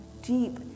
deep